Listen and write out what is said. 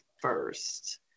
first